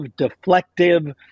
deflective